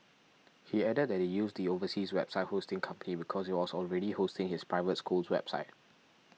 he added that they used the overseas website hosting company because it was already hosting his private school's website